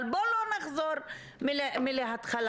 בוא לא נחזור מההתחלה.